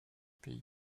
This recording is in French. pays